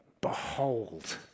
Behold